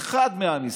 לאחד מעם ישראל,